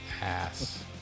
ass